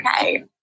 okay